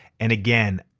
and again,